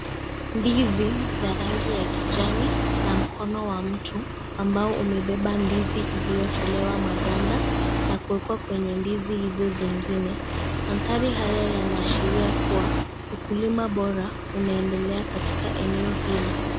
Ndizi za rangi ya kijani na mkono wa mtu ambao umebeba ndizi iliyotolewa maganda na kuwekwa kwenye ndizi hizo zingine , mandhari haya yanaashiria kuwa ukulima bora unaendelea katika eneo hilo.